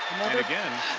again.